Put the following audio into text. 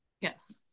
Yes